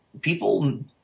People